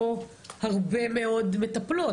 פתאום יש בו הרבה מאוד מטפלות,